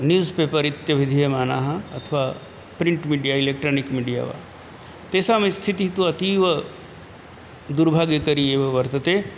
news paper इत्यभिधीयमानाः अथवा print media electronic media वा तेषाम् स्थितिः तु अतीव दौर्भाग्यकरी एव वर्तते